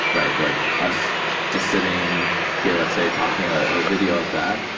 right, like us just sitting here, let's say talking about a video of that,